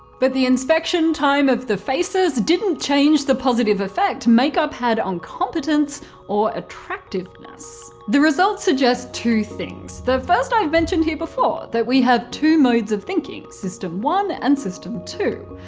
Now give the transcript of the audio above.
but the inspection time of the faces didn't change the positive effect makeup had on competence or attractiveness. the results suggest two things the first i've mentioned here before that we have two modes of thinking, system one and system two.